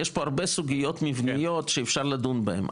יש פה הרבה סוגיות מבניות שאפשר לדון בהן.